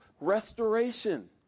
restoration